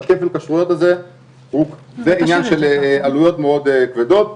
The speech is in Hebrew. כפל הכשרויות הזה הוא עניין של עלויות מאוד כבדות.